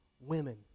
women